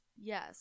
yes